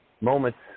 moments